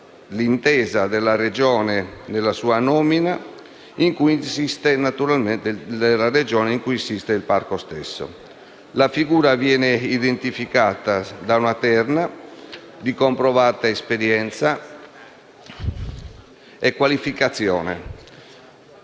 l'intesa della Regione in cui insiste il parco stesso. Tale figura viene identificata da una terna di comprovata esperienza e qualificazione